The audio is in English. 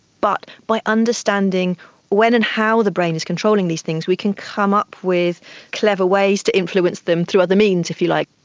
but by understanding when and how the brain is controlling these things we can come up with clever ways to influence them through other means, if you like.